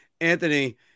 Anthony